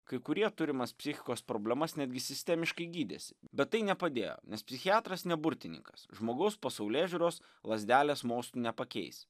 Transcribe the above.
kai kurie turimas psichikos problemas netgi sistemiškai gydėsi bet tai nepadėjo nes psichiatras ne burtininkas žmogaus pasaulėžiūros lazdelės mostu nepakeis